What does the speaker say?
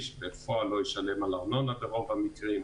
שבפועל לא ישלם על ארנונה ברוב המקרים.